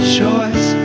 choice